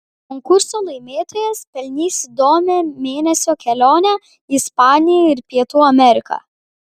konkurso laimėtojas pelnys įdomią mėnesio kelionę į ispaniją ir pietų ameriką